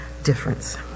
difference